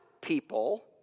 people